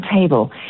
table